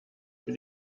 für